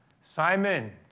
Simon